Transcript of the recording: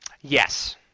Yes